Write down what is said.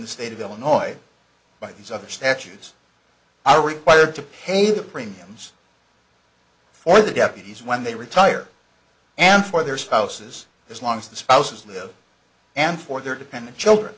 the state of illinois by these other statutes are required to pay the premiums for the deputies when they retire and for their spouses this long as the spouses live and for their dependent children